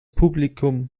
publikum